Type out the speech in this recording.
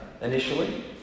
initially